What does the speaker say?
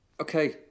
Okay